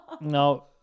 no